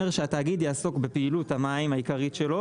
שהתאגיד יעסוק בפעילות המים העיקרית שלו,